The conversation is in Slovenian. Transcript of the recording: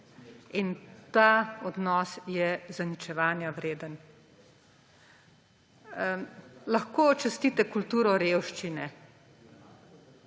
In ta odnos je zaničevanja vreden. Lahko častite kulturo revščine,